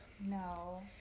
No